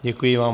Děkuji vám.